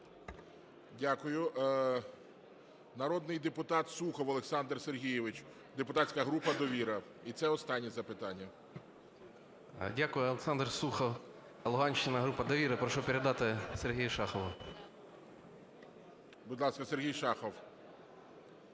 Дякую. Народний депутат Сухов Олександр Сергійович, депутатська група "Довіра". І це останнє запитання. 10:43:07 СУХОВ О.С. Дякую. Олександр Сухов, Луганщина, група "Довіра". Прошу передати Сергію Шахову. ОЛОВУЮЧИЙ. Будь ласка, Сергій Шахов.